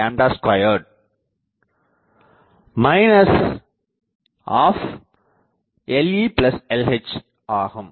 008log10ab02 lelh ஆகும்